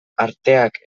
arteak